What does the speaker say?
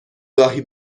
گاهی